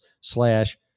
slash